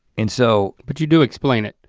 and so but you do explain it.